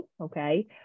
okay